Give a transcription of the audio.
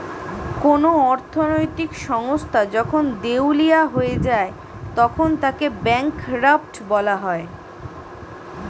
কোন অর্থনৈতিক সংস্থা যখন দেউলিয়া হয়ে যায় তখন তাকে ব্যাঙ্করাপ্ট বলা হয়